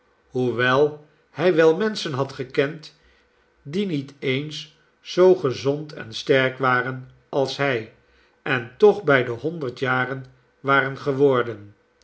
hoewel hij wel menschen had gekend die niet eens zoo gezond en sterk waren als hij en toch bij de honderd jaren waren geworden